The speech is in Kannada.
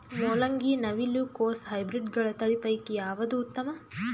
ಮೊಲಂಗಿ, ನವಿಲು ಕೊಸ ಹೈಬ್ರಿಡ್ಗಳ ತಳಿ ಪೈಕಿ ಯಾವದು ಉತ್ತಮ?